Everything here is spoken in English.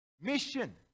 mission